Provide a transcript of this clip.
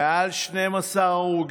מעל 12 הרוגים.